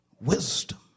Wisdom